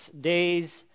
days